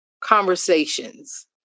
conversations